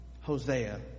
Hosea